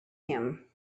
him